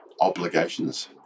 obligations